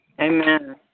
Amen